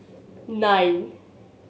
nine